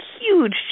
huge